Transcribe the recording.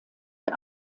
für